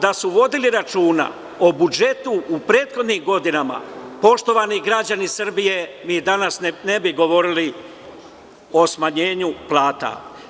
Da su vodili računa o budžetu u prethodnim godinama, poštovani građani Srbije, danas ne bi govorili o smanjenju plata.